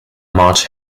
march